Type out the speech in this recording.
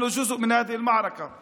אנחנו חלק מהמאבק הזה.